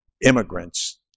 immigrants